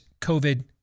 COVID